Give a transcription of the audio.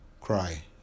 cry